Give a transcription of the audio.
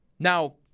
Now